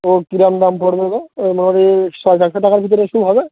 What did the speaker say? তো কীরম দাম পড়বে গো এই ধরো এই সাড়ে চারশো টাকার ভিতরে শ্যু হবে